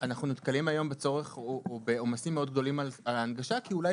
אנחנו נתקלים היום בצורך או בעומסים מאוד גדולים על ההנגשה כי אולי